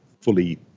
fully